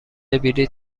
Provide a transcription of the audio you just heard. بلیط